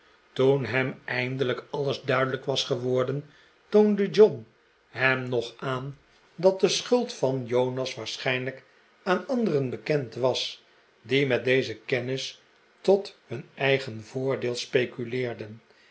toen hem eindelijk alles duidelijk was geworden toonde john hem nog aan dat de schuld van jonas waarschijnlijk aan anderen bekend was die met deze kennis tot hun eigen voordeel speculeerden